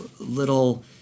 little